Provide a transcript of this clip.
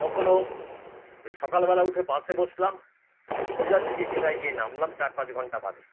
কখনও ওই সকালবেলা উঠে বাসে বসলাম সোজাসুজি দীঘায় গিয়ে নামলাম চার পাঁচ ঘণ্টা বাদে